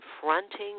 confronting